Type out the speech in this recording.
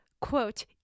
quote